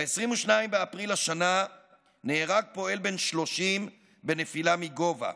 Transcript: ב-22 באפריל השנה נהרג פועל בן 30 בנפילה מגובה.